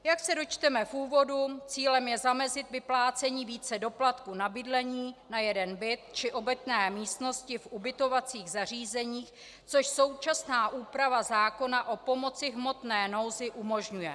Jak se dočteme v úvodu, cílem je zamezit vyplácení více doplatků na bydlení na jeden byt či obytné místnosti v ubytovacích zařízeních, což současná úprava zákona o pomoci v hmotné nouzi umožňuje.